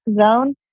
zone